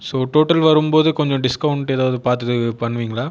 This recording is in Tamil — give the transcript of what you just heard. ஸோ டோட்டல் வரும்போது கொஞ்சம் டிஸ்கவுண்ட் ஏதாவது பார்த்து பண்ணுவீங்களா